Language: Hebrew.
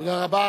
תודה רבה.